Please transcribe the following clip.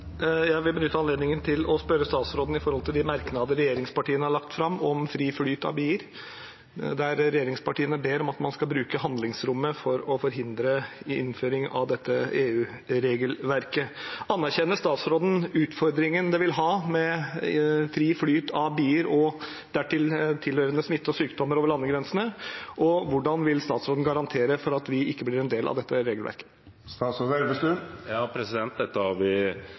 Jeg vil benytte anledningen til å spørre statsråden om de merknadene regjeringspartiene har lagt fram om fri flyt av bier, der regjeringspartiene ber om at man skal bruke handlingsrommet for å forhindre innføring av dette EU-regelverket. Anerkjenner statsråden utfordringen det vil gi med fri flyt av bier og dertil tilhørende smitte og sykdommer over landegrensene, og hvordan vil statsråden garantere at vi ikke blir en del av dette regelverket? Dette har vi jobbet med over lengre tid, og Mattilsynet har